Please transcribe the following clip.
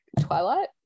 Twilight